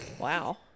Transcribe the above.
wow